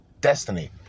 Destiny